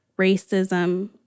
Racism